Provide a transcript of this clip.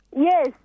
Yes